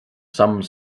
some